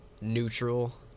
neutral